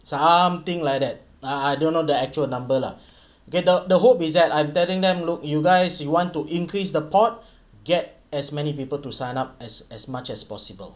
something like that I I don't know the actual number lah K the the hope is that I'm telling them look you guys you want to increase the port get as many people to sign up as as much as possible